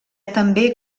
també